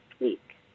week